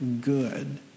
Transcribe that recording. good